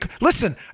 listen